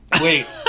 Wait